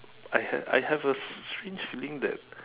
I had I have a s~ strange feeling that